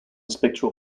spectral